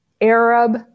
Arab